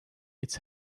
its